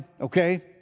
okay